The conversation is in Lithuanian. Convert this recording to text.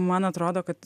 man atrodo kad